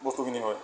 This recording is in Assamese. বস্তুখিনি হয়